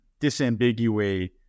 disambiguate